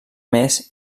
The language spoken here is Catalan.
més